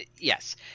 yes